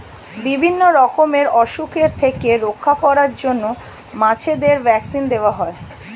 বিভিন্ন রকমের অসুখের থেকে রক্ষা করার জন্য মাছেদের ভ্যাক্সিন দেওয়া হয়